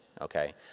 Okay